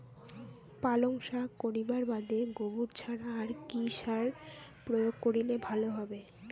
পালং শাক করিবার বাদে গোবর ছাড়া আর কি সার প্রয়োগ করিলে ভালো হবে?